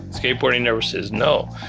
skateboarding never says no.